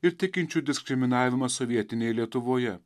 ir tikinčių diskriminavimą sovietinėj lietuvoje